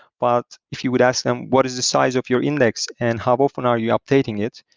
but if you would ask them, what is the size of your index and how often are you updating it?